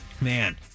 man